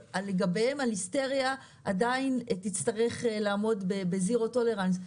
לגביהם הליסטריה עדיין תצטרך לעמוד בזירו טולרנס.